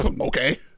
okay